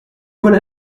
voilà